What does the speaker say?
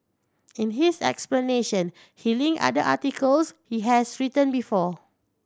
in his explanation he linked other articles he has written before